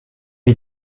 die